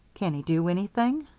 can he do anything?